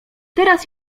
teraz